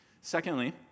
Secondly